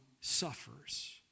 suffers